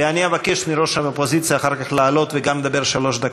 ואני אבקש מראש האופוזיציה אחר כך לעלות וגם לדבר שלוש דקות.